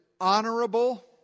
honorable